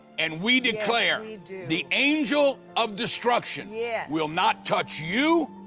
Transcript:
and we declare and the angel of destruction yeah will not touch you,